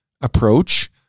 approach